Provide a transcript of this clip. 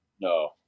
No